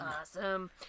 awesome